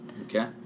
Okay